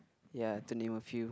ya to name a few